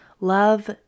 Love